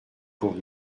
pour